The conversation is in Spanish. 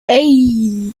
hey